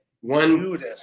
one